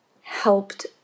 helped